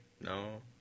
No